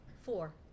four